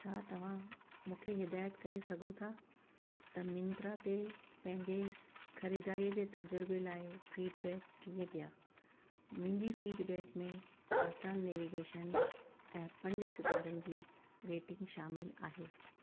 छा तव्हां मूंखे हिदाइतु करे सघो था त मिंत्रा ते पंहिंजे ख़रीदारी जे तजुर्बे लाइ फ़ीडबैक कीअं ॾिया मुंहिंजी फीडबैक शामिलु आहे